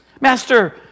Master